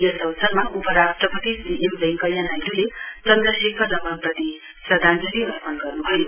यस अवसरमा उपराष्ट्रपति श्री एम वैंकैया नाइड्ले चन्द्रशेखर रमनप्रति श्रध्दाञ्जलि अर्पण गर्नुभयो